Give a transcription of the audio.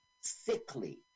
sickly